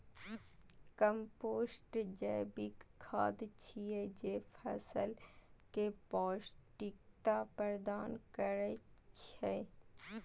compost जैविक खाद छियै, जे फसल कें पौष्टिकता प्रदान करै छै